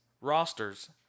Rosters